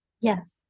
Yes